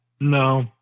No